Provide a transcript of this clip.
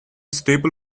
staple